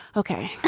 ok.